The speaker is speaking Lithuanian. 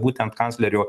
būtent kanclerio